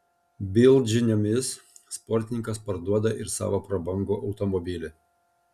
bild žiniomis sportininkas parduoda ir savo prabangų automobilį